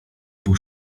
był